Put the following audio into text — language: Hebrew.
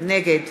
נגד